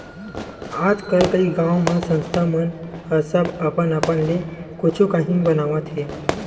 आजकल कइ गाँव म संस्था मन ह सब अपन अपन ले कुछु काही बनावत हे